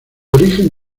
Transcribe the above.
origen